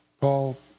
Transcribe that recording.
Paul